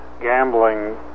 gambling